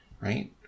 Right